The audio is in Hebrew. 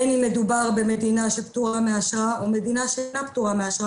בין אם מדובר במדינה שפטורה מאשרה או ממדינה שאינה פטורה מאשרה